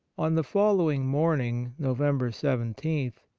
on the follow ing morning, november seventeen,